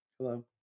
Hello